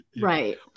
right